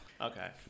Okay